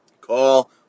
Call